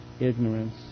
ignorance